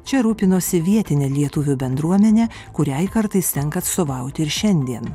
čia rūpinosi vietine lietuvių bendruomene kuriai kartais tenka atstovauti ir šiandien